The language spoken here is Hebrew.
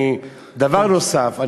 דבר נוסף,